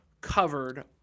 covered